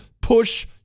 Push